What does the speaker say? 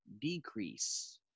decrease